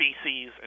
species